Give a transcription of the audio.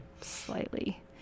slightly